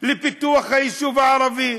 לפיתוח היישוב הערבי?